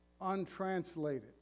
untranslated